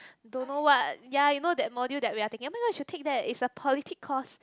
don't know what ya you know that module that we are taking oh-my-god should take that is a politic course